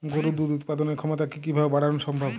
গরুর দুধ উৎপাদনের ক্ষমতা কি কি ভাবে বাড়ানো সম্ভব?